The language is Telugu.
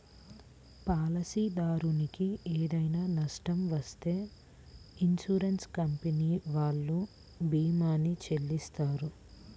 పాలసీదారునికి ఏదైనా నష్టం వత్తే ఇన్సూరెన్స్ కంపెనీ వాళ్ళు భీమాని చెల్లిత్తారు